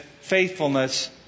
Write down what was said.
faithfulness